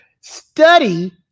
Study